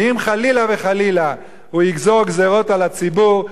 אם חלילה וחלילה הוא יגזור גזירות על הציבור,